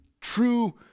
true